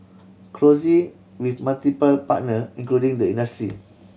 closely with multiple partner including the industry